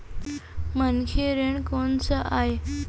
मनखे ऋण कोन स आय?